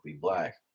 Black